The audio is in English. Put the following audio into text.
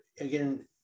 again